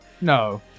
No